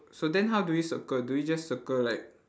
so then how do you circle do you just circle like